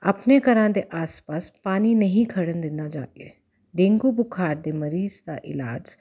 ਆਪਣੇ ਘਰਾਂ ਦੇ ਆਸ ਪਾਸ ਪਾਣੀ ਨਹੀਂ ਖੜ੍ਹਨ ਦਿੰਦਾ ਜਾ ਕੇ ਡੇਂਗੂ ਬੁਖਾਰ ਦੇ ਮਰੀਜ਼ ਦਾ ਇਲਾਜ